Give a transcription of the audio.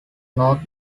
north